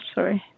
Sorry